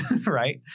right